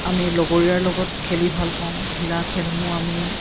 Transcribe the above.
আমি লগৰীয়াৰ লগত খেলি ভাল পাওঁ ঘিলা খেলসমূহ আমি